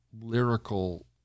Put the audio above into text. lyrical